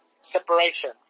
separation